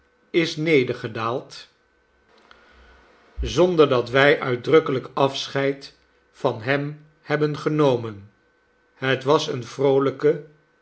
dat wij uitdrukkelijk afscheid van hem hebben genomen het was een vroolijke